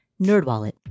NerdWallet